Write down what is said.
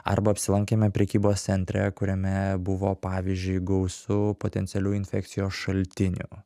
arba apsilankėme prekybos centre kuriame buvo pavyzdžiui gausu potencialių infekcijos šaltinių